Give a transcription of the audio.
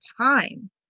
time